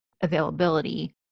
availability